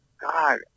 God